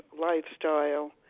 lifestyle